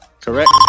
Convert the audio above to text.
correct